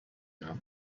now